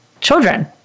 children